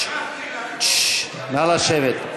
מצביעים, ששש, נא לשבת.